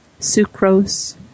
sucrose